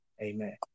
Amen